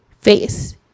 face